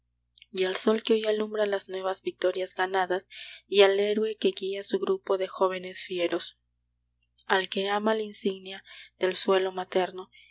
y al sol que hoy alumbra las nuevas victorias ganadas y al héroe que guía su grupo de jóvenes fieros al que ama la insignia del suelo materno